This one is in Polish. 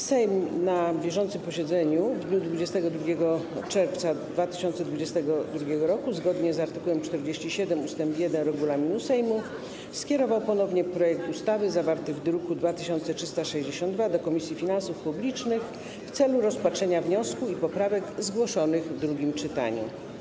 Sejm na bieżącym posiedzeniu w dniu 22 czerwca 2022 r., zgodnie za art. 47 ust. 1 regulaminu Sejmu, skierował ponownie projekt ustawy zawarty w druku nr 2362 do Komisji Finansów Publicznych w celu rozpatrzenia wniosku i poprawek zgłoszonych w drugim czytaniu.